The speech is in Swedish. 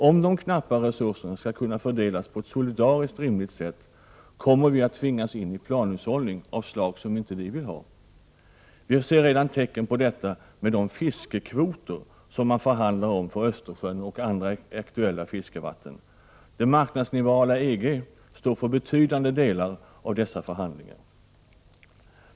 Om de knappare resurserna skall kunna fördelas på ett solidariskt rimligt sätt, kommer vi att tvingas in i planhushållning av slag som vi inte vill ha. Vi ser redan tecken på detta med de fiskekvoter som man förhandlar om för Östersjön och andra aktuella fiskevatten. Det marknadsliberala EG står för betydande delar av dessa förhandlingar.